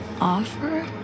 Offer